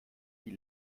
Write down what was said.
die